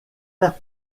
mère